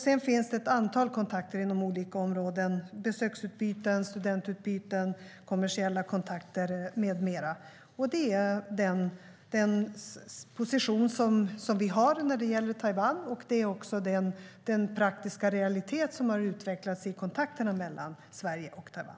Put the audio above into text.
Sedan finns det ett antal kontakter inom olika områden, som besöksutbyten, studentutbyten, kommersiella kontakter med mera. Det är den position vi har när det gäller Taiwan, och det är också den praktiska realitet som har utvecklats i kontakterna mellan Sverige och Taiwan.